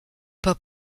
pas